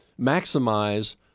maximize